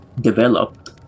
developed